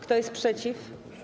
Kto jest przeciw?